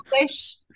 wish